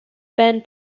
band